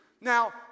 Now